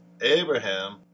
Abraham